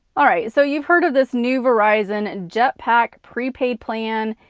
alright, so you've heard of this new verizon and jetpack prepaid plan,